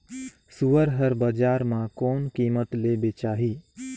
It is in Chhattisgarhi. सुअर हर बजार मां कोन कीमत ले बेचाही?